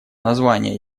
названия